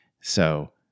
So-